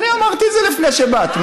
אני אמרתי את זה לפני שבאת.